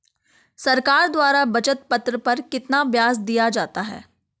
सरकार द्वारा बचत पत्र पर कितना ब्याज दिया जाता है?